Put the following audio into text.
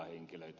henkilöitä